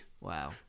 Wow